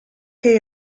che